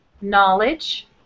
knowledge